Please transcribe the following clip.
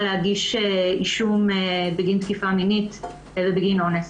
להגיש אישום בגין תקיפה מינית ובגין אונס.